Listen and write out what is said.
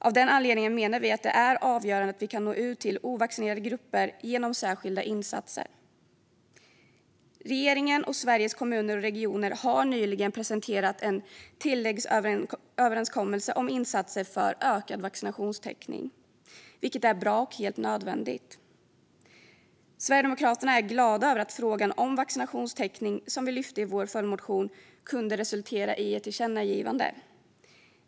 Av den anledningen menar vi att det är avgörande att vi kan nå ut till ovaccinerade grupper genom särskilda insatser. Regeringen och Sveriges Kommuner och Regioner har nyligen presenterat en tilläggsöverenskommelse om insatser för ökad vaccinationstäckning, vilket är bra och helt nödvändigt. Sverigedemokraterna är glada över att frågan om vaccinationstäckning, som vi lyfte i vår följdmotion, kunde resultera i ett tillkännagivande.